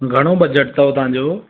घणो बजट अथव तव्हांजो